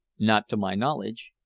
not to my knowledge.